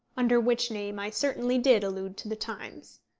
under which name i certainly did allude to the times.